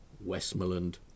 Westmoreland